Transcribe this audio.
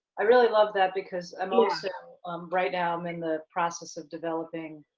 i really love that because i'm also right now, i'm in the process of developing.